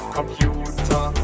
Computer